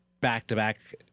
back-to-back